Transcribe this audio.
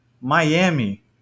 Miami